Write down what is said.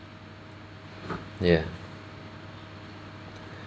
ya